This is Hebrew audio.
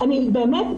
באמת,